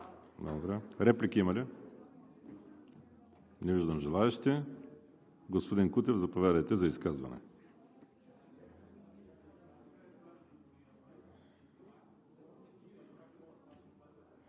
Благодаря. Реплики има ли? Не виждам желаещи. Господин Кутев, заповядайте за изказване.